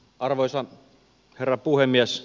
arvoisa herra puhemies